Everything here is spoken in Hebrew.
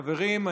חברים,